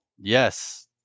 yes